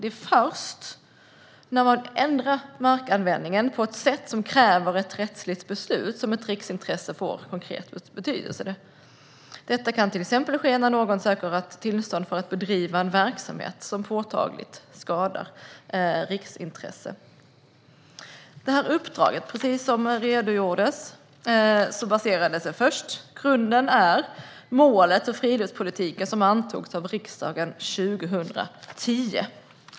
Det är först när man ändrar markanvändningen på ett sätt som kräver ett rättsligt beslut som ett riksintresse får konkret betydelse. Detta kan till exempel ske när någon söker tillstånd för att bedriva en verksamhet som påtagligt skadar riksintresset. Precis som jag redogjorde för baseras uppdraget på målet för friluftspolitiken, som antogs av riksdagen 2010.